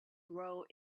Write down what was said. rode